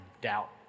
doubt